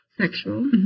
sexual